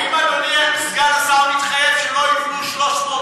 האם אדוני סגן השר מתחייב שלא יבנו 300,